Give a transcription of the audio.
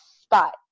spot